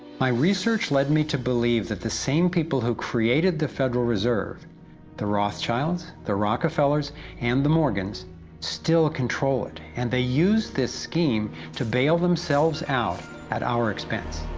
my research led me to believe that the same people who created the federal reserve the rothschilds, the rockefellers and the morgans still control it and they use this scheme to bail themselves out at our expense.